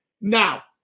Now